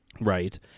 right